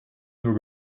nur